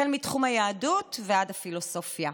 החל מתחום היהדות ועד הפילוסופיה,